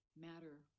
matter